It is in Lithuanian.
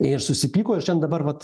ir susipyko dabar vat